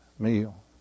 meal